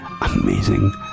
amazing